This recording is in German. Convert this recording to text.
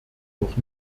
noch